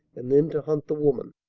and then to hunt the woman.